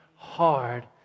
Hard